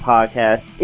Podcast